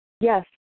Yes